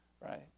right